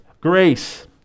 grace